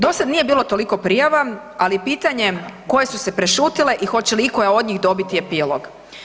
Do sada nije bilo toliko prijava, ali pitanje koje su se prešutile i hoće li ikoja od njih dobiti epilog?